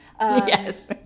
Yes